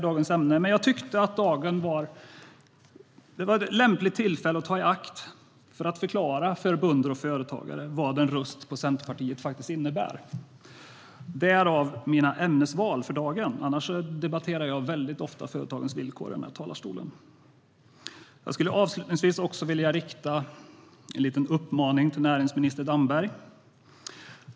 Men jag ville ta tillfället i akt att förklara för bönder och företagare vad en röst på Centerpartiet innebär, därav mina ämnesval för dagen. Annars debatterar jag ofta företagens villkor i denna talarstol. Avslutningsvis riktar jag mig till näringsminister Damberg.